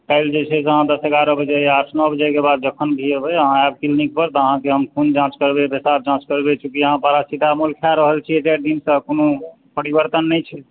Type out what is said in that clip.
काल्हि जे छै से अहाँ दश एगारह बजे या आठ नओ बजेकेँ बाद जखन भी एबै आहाँ आयब क्लिनिक पर तऽ आहाँकेँ हम खून जाँच पेशाब जाँच करबै चुँकि अहाँ पारासिटामोल खाय रहल छियै चारि दिनसँ कोनो परिवर्तन नहि छै